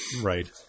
Right